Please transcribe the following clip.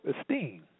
esteem